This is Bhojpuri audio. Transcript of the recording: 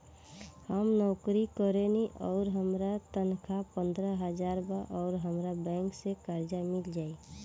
हम नौकरी करेनी आउर हमार तनख़ाह पंद्रह हज़ार बा और हमरा बैंक से कर्जा मिल जायी?